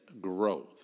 growth